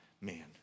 man